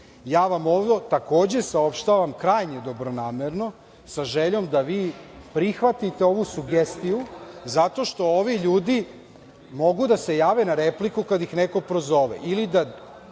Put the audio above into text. vam, takođe, saopštavam krajnje dobronamerno, sa željom da vi prihvatite ovu sugestiju, zato što ovi ljudi mogu da se jave na repliku kad ih neko prozove